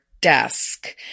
desk